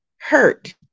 hurt